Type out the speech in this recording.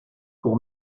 pour